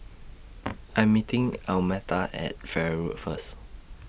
I Am meeting Almeta At Farrer Road First